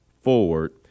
forward